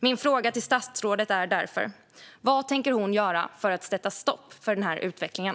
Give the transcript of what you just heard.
Min fråga till statsrådet är därför: Vad tänker hon göra för att sätta stopp för den här utvecklingen?